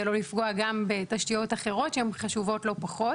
לא לפגוע גם בתשתיות אחרות שהן חשובות לא פחות.